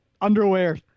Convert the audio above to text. underwear